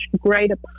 greater